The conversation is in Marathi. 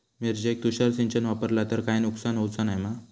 मिरचेक तुषार सिंचन वापरला तर काय नुकसान होऊचा नाय मा?